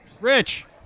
Rich